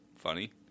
Funny